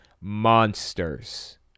monsters